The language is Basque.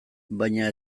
baina